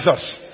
Jesus